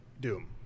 doom